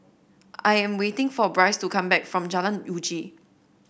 I am waiting for Brice to come back from Jalan Uji